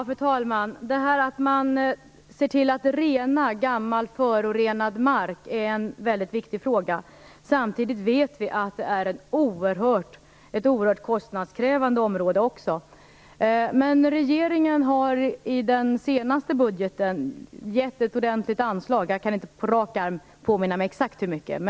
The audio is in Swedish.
Fru talman! Att se till att rena gammal förorenad mark är mycket viktigt. Samtidigt vet vi att det är ett oerhört kostnadskrävande område. Regeringen har i den senaste budgeten gett ett ordentligt anslag - jag kan inte på rak arm påminna mig exakt hur mycket.